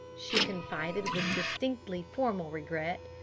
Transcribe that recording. she confided with distinctly formal regret.